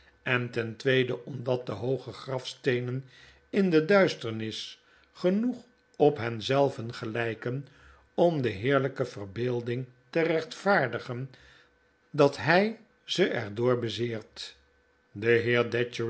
en ten tweede omdat de hooge grafsteenen in de duisterms genoeg op hen zelven gelijken om de heerlijke verbeelding te rechtvaardigen dat hij ze er door bezeert de